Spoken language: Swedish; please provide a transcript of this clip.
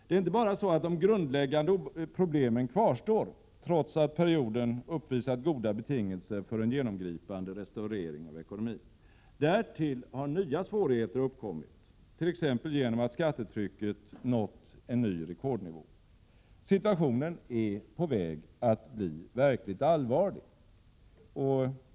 Det är inte bara så att de grundläggande problemen kvarstår, trots att perioden har uppvisat goda betingelser för en genomgripande restaurering av ekonomin, utan därtill har nya svårigheter tillkommit, t.ex. genom att skattetrycket nått en ny rekordnivå. Situationen är på väg att bli verkligt allvarlig.